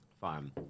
Fine